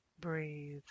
Breathe